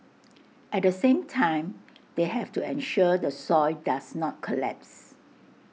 at the same time they have to ensure the soil does not collapse